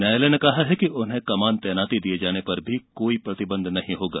न्यायालय ने कहा है कि उन्हें कमान तैनाती दिये जाने पर भी कोई प्रतिबंध नहीं होगा